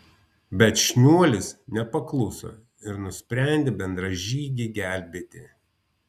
bet šniuolis nepakluso ir nusprendė bendražygį gelbėti